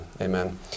amen